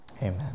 amen